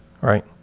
right